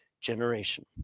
generation